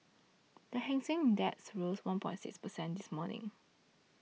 the Hang Seng Index rose one point six percent this morning